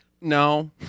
No